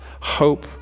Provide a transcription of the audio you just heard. hope